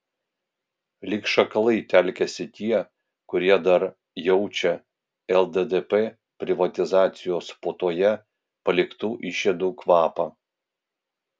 lyg šakalai telkiasi tie kurie dar jaučia lddp privatizacijos puotoje paliktų išėdų kvapą